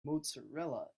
mozzarella